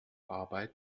arbeit